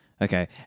Okay